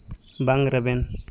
ᱵᱟᱝ ᱨᱮᱵᱮᱱ